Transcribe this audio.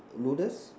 noodles